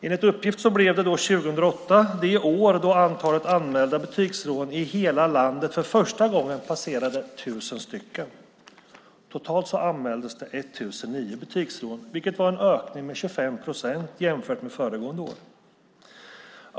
Enligt uppgift blev 2008 det år då antalet anmälda butiksrån i hela landet för första gången passerade 1 000. Totalt anmäldes 1 009 butiksrån, vilket var en ökning med 25 procent jämfört med föregående år.